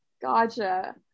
Gotcha